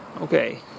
Okay